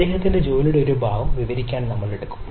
അദ്ദേഹത്തിന്റെ ജോലിയുടെ ഒരു ഭാഗം വിവരിക്കാൻ നമ്മൾ എടുക്കും